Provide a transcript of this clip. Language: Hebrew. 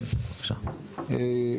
אגב,